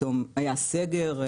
פתאום היה סגר.